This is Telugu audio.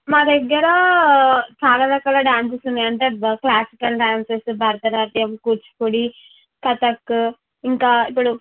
మా దగ్గర చాలా రకాల డ్యాన్సెస్ ఉన్నాయి అంటే భ క్లాసికల్ డ్యాన్సెసు భరతనాట్యం కూచిపూడి కథక్కు ఇంకా ఇప్పుడు